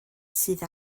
sydd